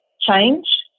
change